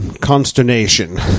consternation